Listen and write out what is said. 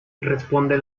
responde